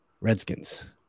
Redskins